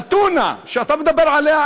הטוּנה שאתה מדבר עליה,